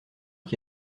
qui